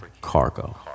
cargo